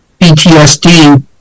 PTSD